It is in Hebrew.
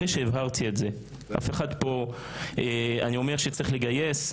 אני אומר שצריך לגייס,